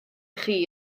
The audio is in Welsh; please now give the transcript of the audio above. chi